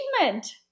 achievement